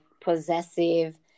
possessive